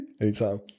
Anytime